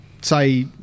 say